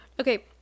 okay